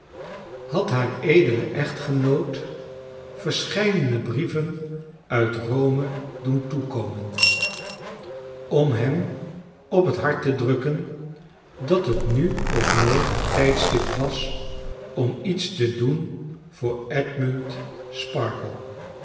had haar edelen echtgenoot verscheidene brieven uit borne doen toekomen am hem op het hart te drukken dat het nu of nooit het tijdstip was om iets te doen voor edmund sparkler